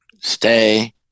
stay